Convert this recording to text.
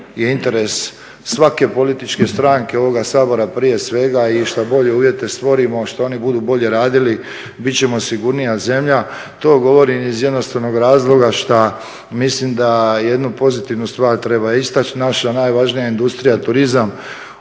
je interes svake političke stranke ovoga Sabora, prije svega i što bolje uvjete stvorimo, što oni budu bolje radili bit ćemo sigurnija zemlja. To govorim iz jednostavnog razloga šta mislim da jednu pozitivnu stvar treba istači, naša najvažnija industrija turizam